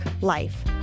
Life